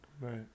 Right